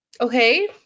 okay